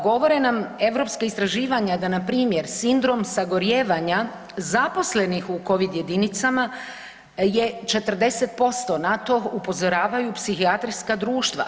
Govore nam europska istraživanja da npr. sindrom sagorijevanja zaposlenih u covid jedinicama je 40%, na to upozoravaju psihijatrijska društva.